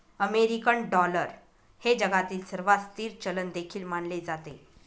American dollar हे जगातील सर्वात स्थिर चलन देखील मानले जाते